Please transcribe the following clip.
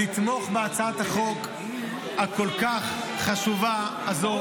לתמוך בהצעת החוק הכל-כך חשובה הזאת,